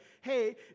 hey